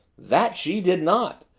that she did not,